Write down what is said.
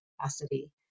capacity